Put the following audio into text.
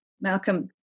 Malcolm